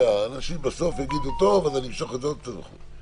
אנשים בסוף יגידו: טוב, אמשוך את זה עוד קצת.